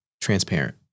transparent